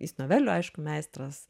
jis novelių aišku meistras